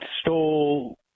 stole